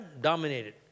dominated